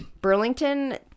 Burlington